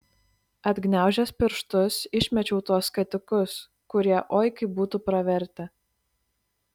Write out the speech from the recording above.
atgniaužęs pirštus išmečiau tuos skatikus kurie oi kaip būtų pravertę